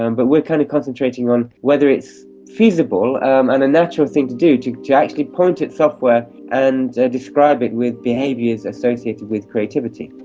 um but we're kind of concentrating on whether it's feasible, um and the natural thing to do to to actually point at software and describe it with behaviours associated with creativity.